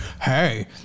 Hey